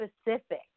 specific